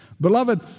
Beloved